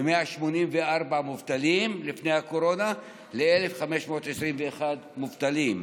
מ-184 מובטלים לפני הקורונה ל-1,521 מובטלים,